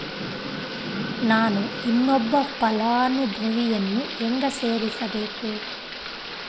ನಾನು ಇನ್ನೊಬ್ಬ ಫಲಾನುಭವಿಯನ್ನು ಹೆಂಗ ಸೇರಿಸಬೇಕು?